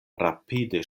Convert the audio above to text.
rapide